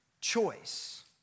choice